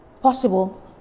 possible